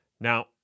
Now